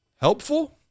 helpful